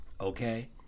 Okay